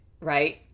right